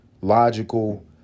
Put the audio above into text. logical